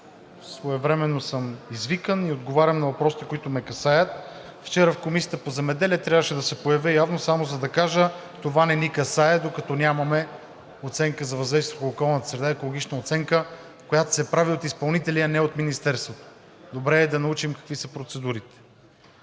своевременно съм извикан и отговарям на въпроси, които ме касаят. Вчера в Комисията по земеделие трябваше да се появя явно само за да кажа: това не ни касае, докато нямаме оценка за въздействие по околната среда и екологична оценка, която се прави от изпълнители, а не от Министерството. Добре е да научим какви са процедурите.